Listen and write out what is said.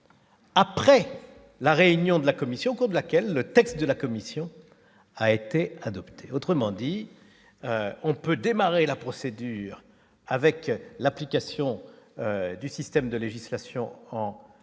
La réunion de la commission comme laquelle le texte de la Commission a été adopté, autrement dit on peut démarrer la procédure avec l'application du système de législation en